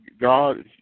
God